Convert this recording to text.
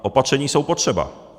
Opatření jsou potřeba.